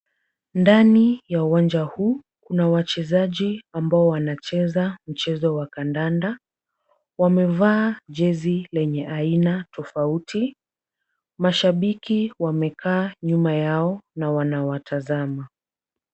Ndani ya uwanja huu, kuna wachezaji ambao wanacheza mchezo wa kandanda. Wamevaa jezi lenye aina tofauti. Mashabiki wamekaa nyuma yao na wanawatazama.